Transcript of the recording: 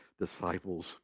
disciples